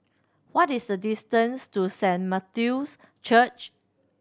what is the distance to Saint Matthew's Church